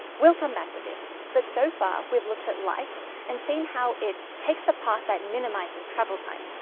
we'll come back to this but so far we've looked at lights and seeing how it takes the path that minimizes travel time.